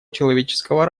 человеческого